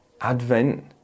Advent